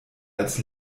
als